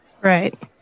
right